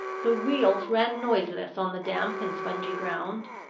the wheels ran noiseless on the damp and spongy ground.